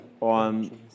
on